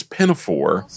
Pinafore